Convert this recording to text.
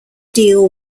deal